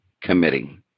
Committee